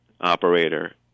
operator